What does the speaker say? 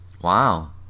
wow